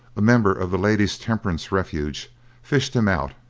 a member of the ladies' temperance refuge fished him out,